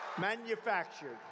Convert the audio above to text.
manufactured